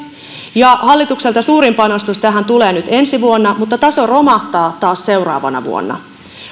ja hallitukselta suurin panostus tähän tulee nyt ensi vuonna mutta taso romahtaa taas seuraavana vuonna